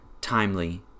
timely